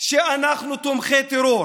שאנחנו תומכי טרור,